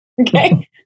Okay